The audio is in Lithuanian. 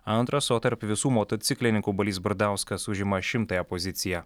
antras o tarp visų motociklininkų balys bardauskas užima šimtąją poziciją